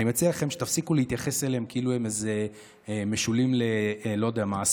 אני מציע לכם שתפסיקו להתייחס אליהם כאילו הם משולים ללא יודע מה,